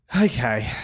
Okay